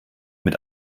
mit